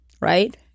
right